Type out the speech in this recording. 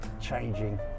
changing